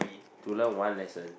to learn one lesson